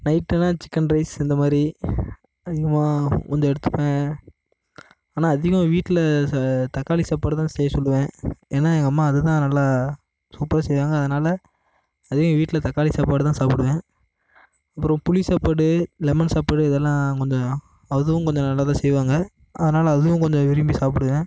நைட்டுன்னா chicken rice இந்த மாதிரி அதிகமாக வந்து எடுத்துப்பேன் ஆனால் அதிகம் வீட்டில் ச தக்காளி சாப்பாடு தான் செய்ய சொல்லுவேன் ஏன்னா எங்கள் அம்மா அது தான் நல்லா சூப்பராக செய்வாங்க அதனால் அதிகம் வீட்டில் தக்காளி சாப்பாடு தான் சாப்பிடுவேன் அப்புறோம் புளி சாப்பாடு லெமன் சாப்பாடு இதெல்லாம் கொஞ்சம் அதுவும் கொஞ்சம் நல்லா தான் செய்வாங்க அதனால் அதுவும் கொஞ்சம் விரும்பி சாப்பிடுவேன்